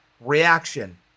reaction